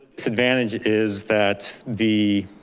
disadvantage is that the,